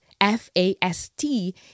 F-A-S-T